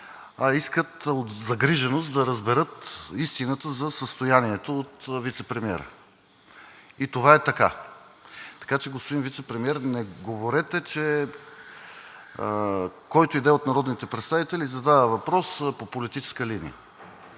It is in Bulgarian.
а от загриженост искат да разберат истината за състоянието от вицепремиера. И това е така. Така че, господин Вицепремиер, не говорете, че който и да е от народните представители задава въпрос по политическа линия.